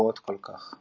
גבוהות כל כך.